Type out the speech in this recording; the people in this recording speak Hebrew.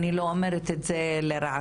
אני לא אומרת את זה לרעתכם,